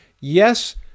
yes